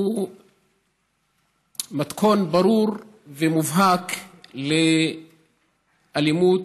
הוא מתכון ברור ומובהק לאלימות,